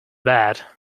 bad